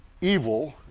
evil